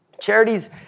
Charities